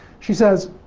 she says,